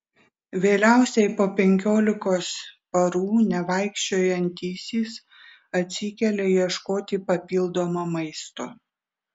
vėliausiai po penkiolikos parų nevaikščiojantysis atsikelia ieškoti papildomo maisto